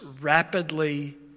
rapidly